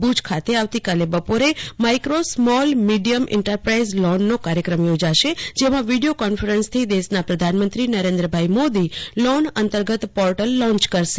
ભુજ ખાતે બપોરે micro small medium enterprise લોનનો કાર્યક્રમ યોજાશે જેમાં વીડીયો કોન્ફરન્સથી દેશના પ્રધાનમંત્રી નરેન્દ્રભાઈમોદી લોન અંતર્ગત પોર્ટલ લોન્ચ કરશે